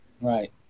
Right